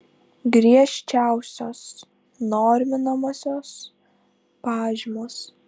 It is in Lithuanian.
griežčiausios norminamosios pažymos